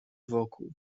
wokół